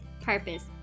purpose